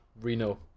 reno